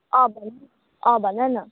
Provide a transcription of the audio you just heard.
अँ भन अँ भनन